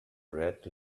red